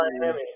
Miami